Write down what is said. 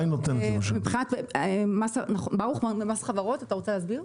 אתה רוצה להסביר?